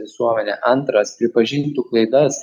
visuomenę antras pripažintų klaidas